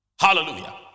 Hallelujah